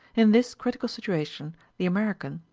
in this critical situation the american,